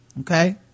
okay